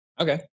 Okay